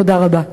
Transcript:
תודה רבה.